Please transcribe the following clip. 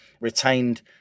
retained